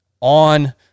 on